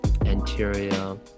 anterior